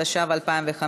התשע"ו 2015,